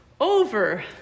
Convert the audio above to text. over